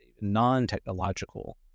non-technological